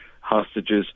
hostages